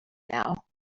now